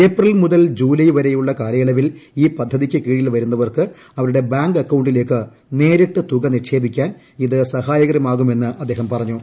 April മുതൽ July വരെയുള്ള കാലയളവിൽ ഈ പദ്ധതിക്ക് കീഴിൽ വരുന്നവർക്ക് അവ്ര്യുട്ടെ ബാങ്ക് അക്കൌണ്ടിലേക്ക് നേരിട്ട് തുക നിക്ഷേപിക്കാൻ ഇത് സ്ഹായകമാകും എന്ന് അദ്ദേഹം പറഞ്ഞു